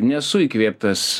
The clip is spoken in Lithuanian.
nesu įkvėptas